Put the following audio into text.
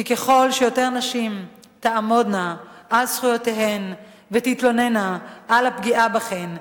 כי ככל שיותר נשים תעמודנה על זכויותיהן ותתלוננה על הפגיעה בהן,